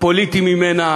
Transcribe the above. פוליטי ממנה